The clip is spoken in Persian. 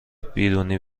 بیرونی